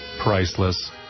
Priceless